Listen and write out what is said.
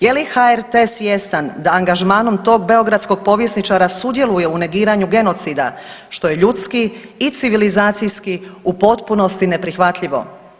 Je li HRT svjestan da angažmanom tog beogradskog povjesničara sudjeluje u negiranju genocida što je ljudski i civilizacijski u potpunosti neprihvatljivo.